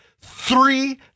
three